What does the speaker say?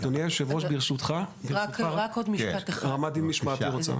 אדוני יושב הראש, ברשותך, רמ"דית משמעת רוצה לדבר.